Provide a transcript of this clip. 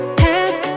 past